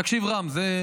תקשיב, רם, זו